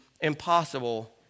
impossible